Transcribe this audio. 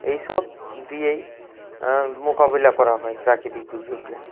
এইসব দিয়েই মোকাবিলা করা হয় প্রাকৃতিক দুর্যোগকে